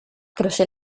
croce